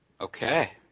Okay